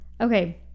Okay